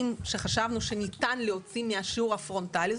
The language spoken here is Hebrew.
שחשבנו שניתן להוציא מהשיעור הפרונטלי,